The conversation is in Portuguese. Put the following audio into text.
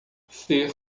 ser